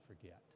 forget